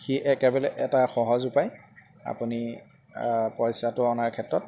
সি একেবাৰে এটা সহজ উপায় আপুনি পইচাটো অনাৰ ক্ষেত্ৰত